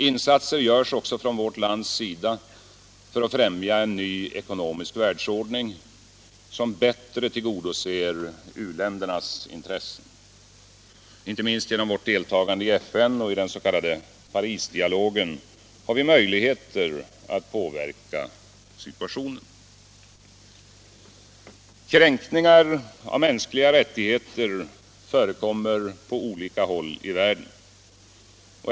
Insatser görs också från vårt lands sida för att främja en ny ekonomisk världsordning, som bättre tillgodoser u-ländernas intressen. Inte minst genom vårt deltagande i FN och i den s.k. Parisdialogen har vi möjligheter att påverka situationen. Kränkningar av mänsliga rättigheter förekommer på olika håll i världen.